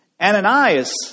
Ananias